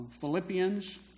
Philippians